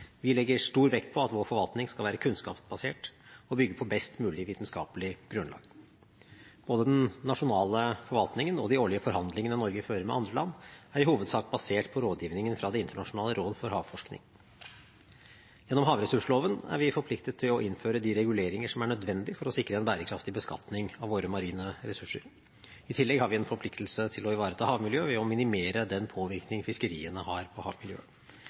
Vi legger stor vekt på at vår forvaltning skal være kunnskapsbasert og bygge på best mulig vitenskapelig grunnlag. Både den nasjonale forvaltningen og de årlige forhandlingene Norge fører med andre land, er i hovedsak basert på rådgivningene fra Det internasjonale råd for havforskning. Gjennom havressursloven er vi forpliktet til å innføre de reguleringer som er nødvendig for å sikre en bærekraftig beskatning av våre marine ressurser. I tillegg har vi en forpliktelse til å ivareta havmiljøet ved å minimere den påvirkningen fiskeriene har på havmiljøet.